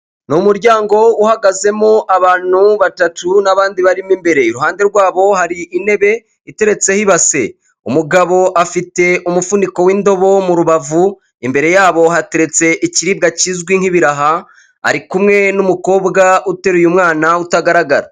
Ni umuryango uhagazemo abantu batatu n'abandi barimo imbere, iruhande rwabo hari intebe iteretseho ibase, umugabo afite umufuniko w'indobo mu rubavu, imbere yabo hateretse ikiribwa kizwi nk'ibiraha, ari kumwe n'umukobwa uteraruye mwana utagaragara.